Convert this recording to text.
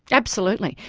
absolutely,